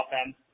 offense